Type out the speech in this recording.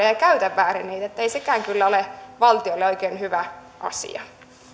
ja ja käytä väärin eli ei sekään kyllä ole valtiolle oikein hyvä asia